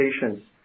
patients